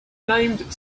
named